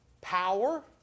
power